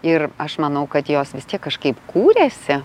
ir aš manau kad jos vis tiek kažkaip kūrėsi